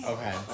Okay